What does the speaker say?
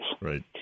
Right